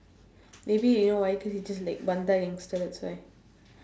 maybe you know why because he just like gangster that's why